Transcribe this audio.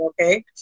okay